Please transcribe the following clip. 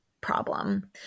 problem